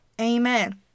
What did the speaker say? Amen